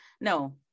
no